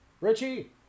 Richie